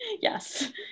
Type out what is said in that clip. Yes